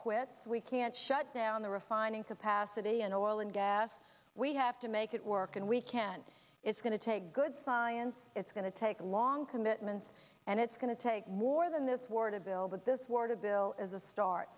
quits we can't shut down the refining capacity and oil and gas we have to make it work and we can't it's going to take good science it's going to take a long commitment and it's going to take more than this war to build with this war to bill as a start